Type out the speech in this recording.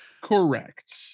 Correct